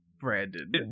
Brandon